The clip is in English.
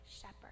shepherd